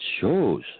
shows